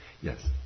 Yes